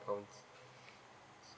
account